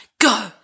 Go